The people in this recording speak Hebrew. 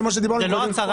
זה לא הצהרה.